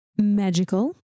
Magical